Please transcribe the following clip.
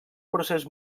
procés